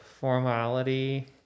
formality